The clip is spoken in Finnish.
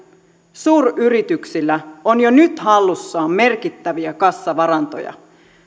suuryrityksillä on jo nyt hallussaan merkittäviä kassavarantoja